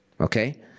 okay